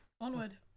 Onward